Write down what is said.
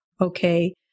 okay